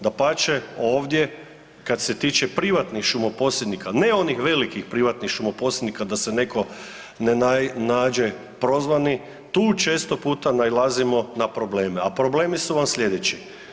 Dapače, ovdje kad se tiče privatnih šumo posjednika, ne onih velikih privatnih šumo posjednika da se netko ne nađe prozvani, tu često puta nailazimo na probleme, a problemi su vam sljedeći.